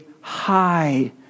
high